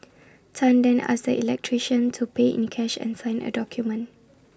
Tan then asked the electrician to pay in cash and sign A document